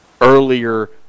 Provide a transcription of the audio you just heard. earlier